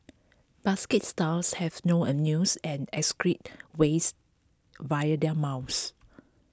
basket stars have no anuses and excrete waste via their mouths